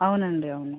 అవునండి అవును